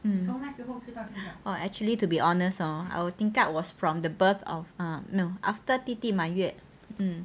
mm orh actually to be honest hor our tingkat was from the birth of uh no after 弟弟满月 mm